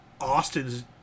Austin's